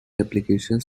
applications